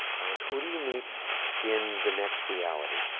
and who you meet in the next reality?